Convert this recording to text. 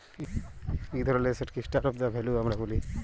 ইক ধরলের এসেটকে স্টর অফ ভ্যালু আমরা ব্যলি